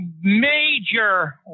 major